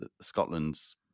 scotland's